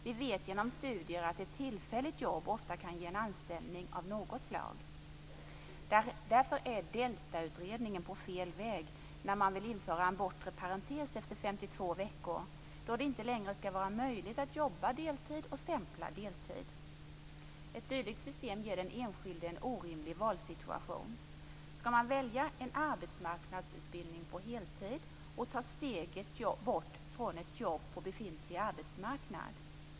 Vi vet genom studier att ett tillfälligt jobb ofta kan ge en anställning av något slag. Därför är DELTA utredningen på fel väg när man vill införa en bortre parentes efter 52 veckor. Då skall det inte längre vara möjligt att jobba deltid och stämpla deltid. Ett dylikt system ger den enskilde en orimlig valsituation. Skall han välja en arbetsmarknadsutbildning på heltid och ta steget bort från ett jobb på befintlig arbetsmarknad?